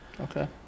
Okay